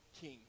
king